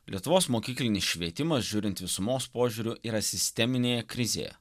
lietuvos mokyklinis švietimas žiūrint visumos požiūriu yra sisteminėje krizėje